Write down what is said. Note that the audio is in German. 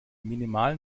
minimalen